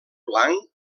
blanc